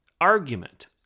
argument